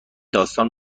داستان